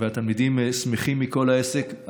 והתלמידים שמחים מכל העסק.